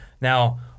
Now